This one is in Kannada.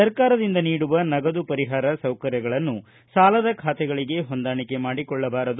ಸರ್ಕಾರದಿಂದ ನೀಡುವ ನಗದು ಪರಿಹಾರ ಸೌಕರ್ಯಗಳನ್ನು ಸಾಲದ ಬಾತೆಗಳಿಗೆ ಹೊಂದಾಣಿಕೆ ಮಾಡಿಕೊಳ್ಳಬಾರದು